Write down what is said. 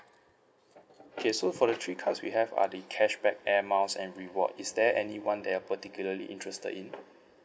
okay so for the three cards we have are the cashback airmiles and reward is there anyone that are particularly interested in